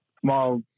small